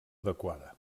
adequada